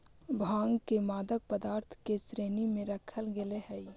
भाँग के मादक पदार्थ के श्रेणी में रखल गेले हइ